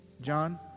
John